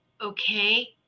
okay